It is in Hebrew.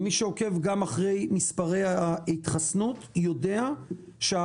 ומי שעוקב גם אחרי מספרי ההתחסנות יודע שארבעה